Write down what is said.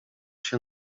się